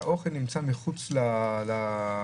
שהאוכל נמצא מחוץ למקום,